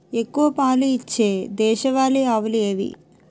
ఎక్కువ పాలు ఇచ్చే దేశవాళీ ఆవులు ఏవి?